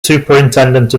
superintendent